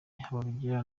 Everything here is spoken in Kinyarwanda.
habarugira